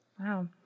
Wow